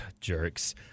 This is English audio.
Jerks